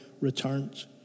returns